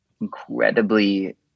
incredibly